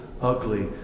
ugly